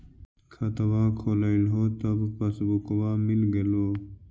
खतवा खोलैलहो तव पसबुकवा मिल गेलो?